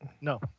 No